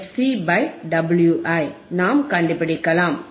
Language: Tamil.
சி பை Wஐ நாம் கண்டுபிடிக்கலாம்